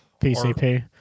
PCP